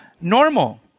normal